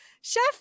Chef